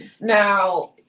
Now